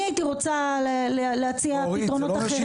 אני הייתי רוצה להציע פתרונות אחרים.